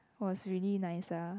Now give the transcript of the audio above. was really nice lah